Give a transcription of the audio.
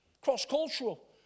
cross-cultural